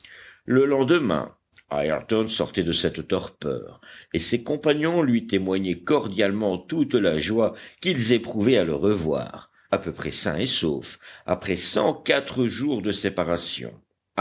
le lendemain ayrton sortait de cette torpeur et ses compagnons lui témoignaient cordialement toute la joie qu'ils éprouvaient à le revoir à peu près sain et sauf après cent quatre jours de séparation